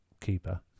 keeper